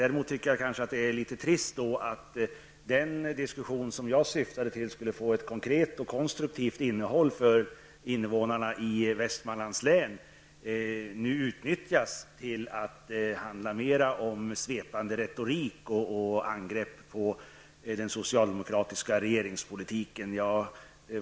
Däremot tycker jag att det är litet trist att den diskussion som jag syftade till och som skulle få ett konkret och konstruktivt innehåll för invånarna i Västmanland nu utnyttjas till mera svepande retorik och angrepp på den socialdemokratiska regeringspolitiken.